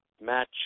match